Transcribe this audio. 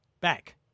Back